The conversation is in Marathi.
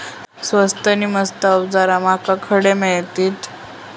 स्वस्त नी मस्त अवजारा माका खडे मिळतीत?